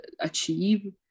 achieve